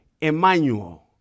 Emmanuel